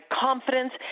confidence